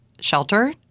shelter